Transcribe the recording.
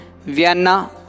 Vienna